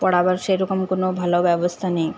পড়াবার সেরকম কোনও ভালো ব্যবস্থা নেই